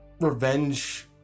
Revenge